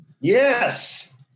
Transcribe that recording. Yes